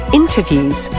interviews